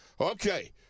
okay